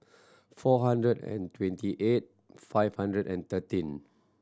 four hundred and twenty eight five hundred and thirteen